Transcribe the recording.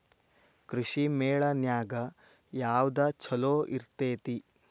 ಕೃಷಿಮೇಳ ನ್ಯಾಗ ಯಾವ್ದ ಛಲೋ ಇರ್ತೆತಿ?